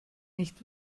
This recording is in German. nicht